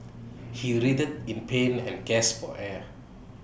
he writhed in pain and gasped for air